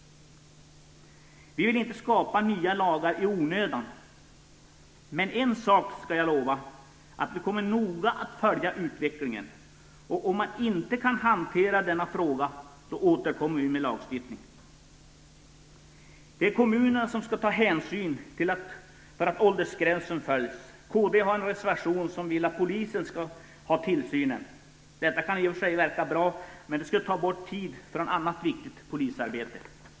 Vi vill inte skapa nya lagar i onödan, men en sak kan jag lova: Vi kommer att noga följa utvecklingen, och om man inte kan hantera denna fråga återkommer vi med lagstiftning. Det är kommunerna som skall se till att åldersgränsen följs. Kd har en reservation där man vill att polisen skall ha tillsynen. Detta kan i och för sig verka bra, men det skulle ta tid från annat viktigt polisarbete.